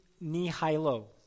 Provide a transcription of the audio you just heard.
nihilo